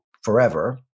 forever